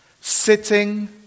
sitting